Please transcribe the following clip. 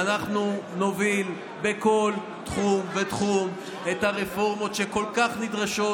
ואנחנו נוביל בכל תחום ותחום את הרפורמות שכל כך נדרשות,